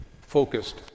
focused